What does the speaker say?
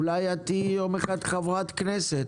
אולי את תהיי יום אחד חברת כנסת,